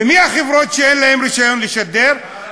ומי החברות שאין להן רישיון לשדר?